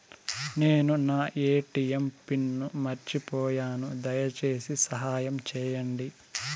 నేను నా ATM pin మర్చిపోయాను, దయచేసి సహాయం చేయండి